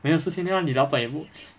没有四千为什么 ah 你老板也不